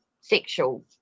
sexual